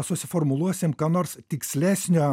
susiformuluosim ką nors tikslesnio